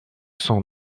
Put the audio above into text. son